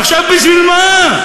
עכשיו, בשביל מה?